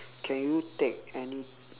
can you take any